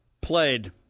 played